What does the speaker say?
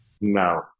no